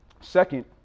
Second